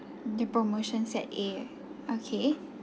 the promotion set A okay